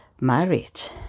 marriage